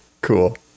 Cool